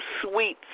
Sweet